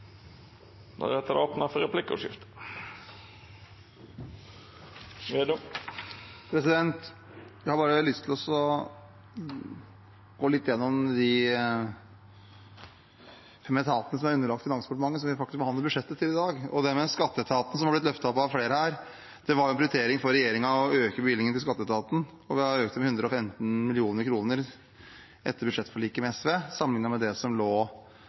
Jeg har bare lyst til å gå litt gjennom de etatene som er underlagt Finansdepartementet, som vi behandler budsjettet til i dag. Skatteetaten har blitt løftet opp av flere. Det var en prioritering for regjeringen å øke bevilgningen til skatteetaten, og vi har økt den med 115 mill. kr etter budsjettforliket med SV, sammenlignet med det som lå